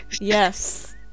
Yes